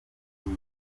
biba